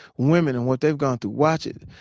women and what they've gone through, watch it.